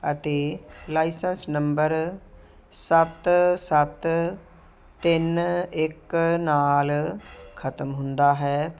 ਅਤੇ licence number ਸੱਤ ਸੱਤ ਤਿੰਨ ਇੱਕ ਨਾਲ ਖਤਮ ਹੁੰਦਾ ਹੈ